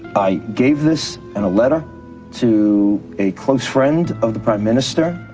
i gave this in a letter to a close friend of the prime minister,